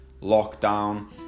lockdown